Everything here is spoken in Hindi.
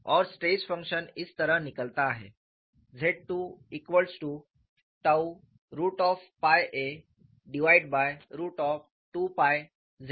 और स्ट्रेस फंक्शन इस तरह निकलता है ZII𝛕a2z0